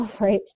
right